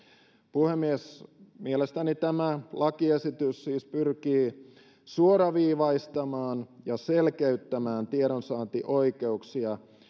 puhemies mielestäni tämä lakiesitys siis pyrkii suoraviivaistamaan ja selkeyttämään tiedonsaantioikeuksia